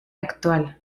actual